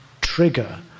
trigger